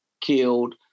killed